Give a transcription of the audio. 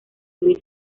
gris